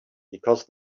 because